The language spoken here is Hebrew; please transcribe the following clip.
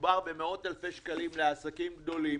מדובר במאות אלפי שקלים לעסקים גדולים.